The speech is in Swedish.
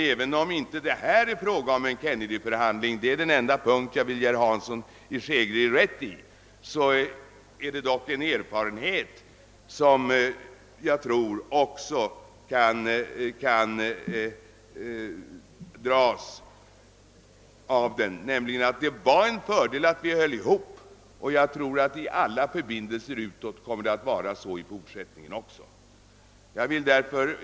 även om det inte nu är fråga om en Kennedyförhandling — det är den enda punkt där jag vill ge herr Hansson i Skegrie rätt — har vi ändå gjort den erfarenheten att det var till fördel att vi höll ihop. Jag tror att nordisk sammanhållning kommer att visa sig vara till fördel i alla våra förbindelser med yttervärlden.